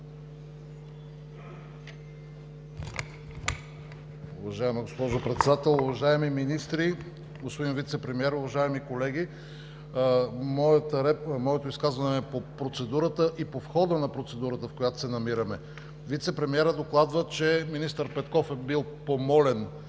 Вицепремиерът докладва, че министър Петков е бил помолен